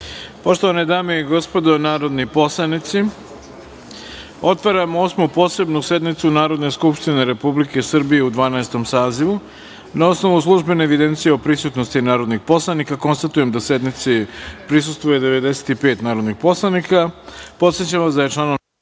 Poštovane dame i gospodo narodni poslanici, otvaram Osmu posebnu sednicu Narodne skupštine Republike Srbije u Dvanaestom sazivu. Na osnovu službene evidencije o prisutnosti narodnih poslanika, konstatujem da sednici prisustvuje 95 narodnih poslanika. Podsećam vas da je članom